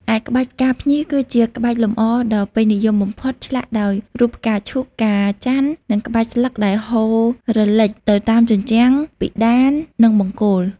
ឯក្បាច់ផ្កាភ្ញី គឺជាក្បាច់លម្អដ៏ពេញនិយមបំផុត ឆ្លាក់ដោយរូបផ្កាឈូក ផ្កាច័ន្ទ និងក្បាច់ស្លឹកដែលហូររលេញទៅតាមជញ្ជាំង ពិតាន និងបង្គោល។